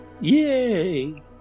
Yay